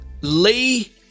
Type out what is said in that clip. Lee